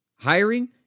Hiring